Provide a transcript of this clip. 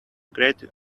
greater